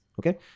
Okay